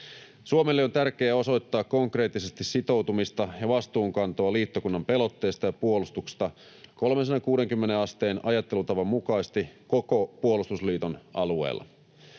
Suomelle on tärkeää osoittaa konkreettisesti sitoutumista ja vastuunkantoa liittokunnan pelotteesta ja puolustuksesta 360 asteen ajattelutavan mukaisesti koko puolustusliiton alueella.